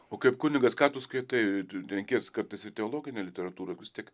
o kaip kunigas ką tu skaitai renkies kartais ir teologinę literatūrą vis tik